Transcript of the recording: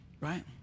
Right